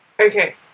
Okay